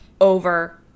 over